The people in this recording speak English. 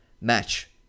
match